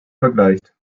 vergleicht